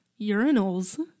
Urinals